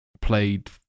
played